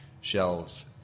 shelves